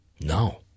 No